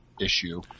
issue